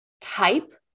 type